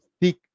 thick